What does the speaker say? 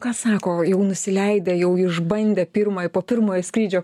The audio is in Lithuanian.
ką sako jau nusileidę jau išbandę pirmą po pirmojo skrydžio